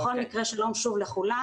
בכל מקררה, שלום שוב לכולם.